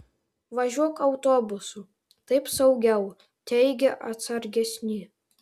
važiuok autobusu taip saugiau teigė atsargesni